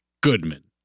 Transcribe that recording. Goodman